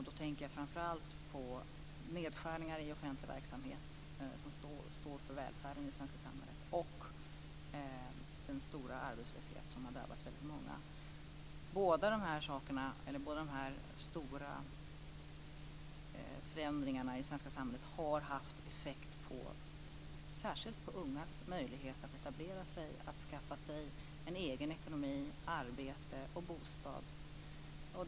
Då tänker jag framför allt på nedskärningar i offentlig verksamhet, som står för välfärden i det svenska samhället, och den stora arbetslöshet som har drabbat väldigt många. Båda dessa stora förändringar i det svenska samhället har haft effekt särskilt på ungas möjlighet att etablera sig, att skaffa sig en egen ekonomi, arbete och bostad.